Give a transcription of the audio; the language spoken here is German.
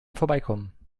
vorbeikommen